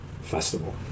Festival